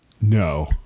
No